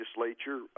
legislature